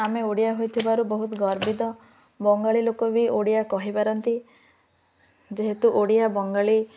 ଆମେ ଓଡ଼ିଆ ହୋଇଥିବାରୁ ବହୁତ ଗର୍ବିତ ବଙ୍ଗାଳୀ ଲୋକ ବି ଓଡ଼ିଆ କହିପାରନ୍ତି ଯେହେତୁ ଓଡ଼ିଆ ବଙ୍ଗାଳୀ